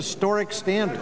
historic stand